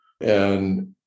And-